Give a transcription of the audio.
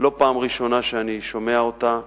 זו לא הפעם הראשונה שאני שומע אותה,